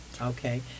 Okay